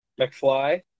McFly